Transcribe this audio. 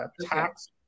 tax